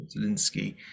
Zelensky